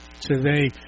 today